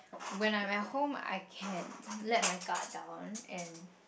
when I'm at home I can let my guard down and